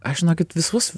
aš žinokit visus